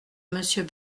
monsieur